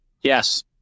Yes